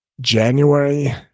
January